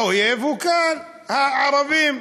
האויב הוא כאן, הערבים,